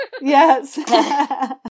yes